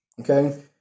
Okay